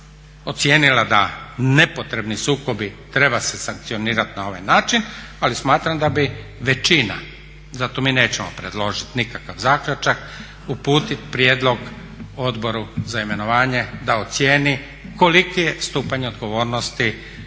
ocijenila da nepotrebni sukobe treba se sankcionirati na ovaj način, ali smatram da bi većina, zato mi nećemo predložiti nikakav zaključak, uputiti prijedlog Odboru za imenovanje da ocijeni koliki je stupanj odgovornosti